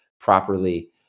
properly